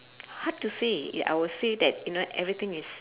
hard to say I would say that you know everything is